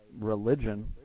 religion